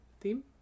theme